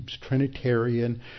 Trinitarian